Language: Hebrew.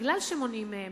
בגלל שמונעים מהן.